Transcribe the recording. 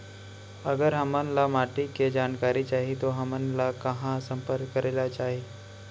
अगर हमन ला माटी के जानकारी चाही तो हमन ला कहाँ संपर्क करे ला चाही?